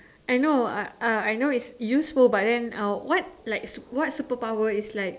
I know I I know is useful but then uh what like su~ what superpower is like